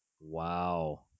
Wow